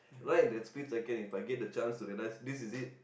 right that split second if I get the chance realise this is it